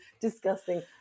discussing